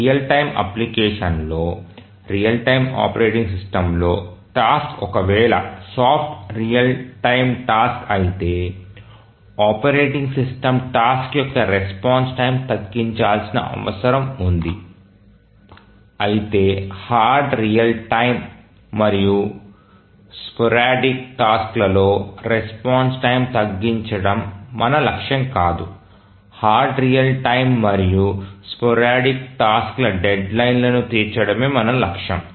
real time అప్లికేషన్లో real time operating సిస్టమ్లో task ఒక వేళ సాఫ్ట్ రియల్ టైమ్ టాస్క్ అయితే ఆపరేటింగ్ సిస్టమ్ టాస్క్ యొక్క రెస్పాన్స్ టైమ్ తగ్గించాల్సిన అవసరం ఉంది అయితే హార్డ్ రియల్ టైమ్ మరియు స్పోరాడిక్ టాస్క్ లలో రెస్పాన్స్ టైమ్ తగ్గించడం మన లక్ష్యం కాదు హార్డ్ రియల్ టైమ్ మరియు స్పోరాడిక్ టాస్క్ ల డెడ్లైన్లను తీర్చడమే మన లక్ష్యం